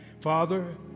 Father